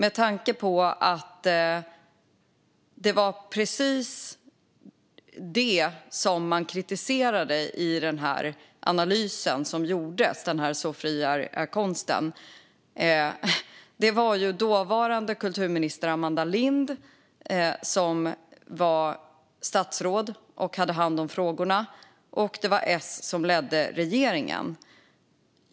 Det var precis detta man kritiserade i analysen Så fri är konsten . Det var dåvarande kulturminister Amanda Lind som hade hand om dessa frågor i den S-ledda regeringen.